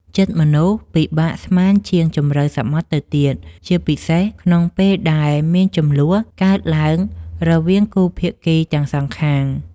ចិត្តមនុស្សពិបាកស្មានជាងជម្រៅសមុទ្រទៅទៀត ជាពិសេសក្នុងពេលដែលមានជម្លោះកើតឡើងរវាងគូភាគីទាំងសងខាង។